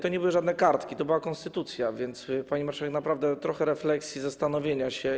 To nie były żadne kartki, to była konstytucja, więc, pani marszałek, naprawdę trochę refleksji i zastanowienia się.